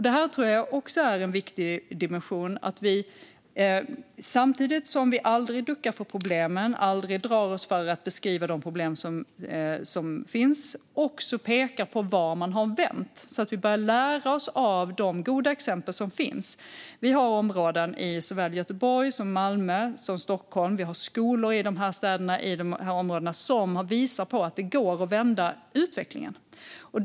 Det är också en viktig dimension att vi samtidigt som vi aldrig duckar för problemen inte heller drar oss för att peka på vad som har vänt. På så sätt kan vi lära oss av de goda exempel som finns. Det finns områden och skolor i såväl Göteborg och Malmö som Stockholm som har visat att det går att vända utvecklingen.